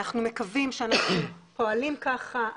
אנחנו מקווים שאנחנו פועלים ככה,